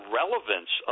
relevance